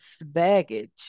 baggage